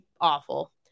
Awful